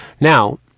Now